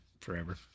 forever